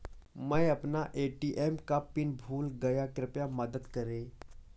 मै अपना ए.टी.एम का पिन भूल गया कृपया मदद करें